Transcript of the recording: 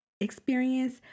experience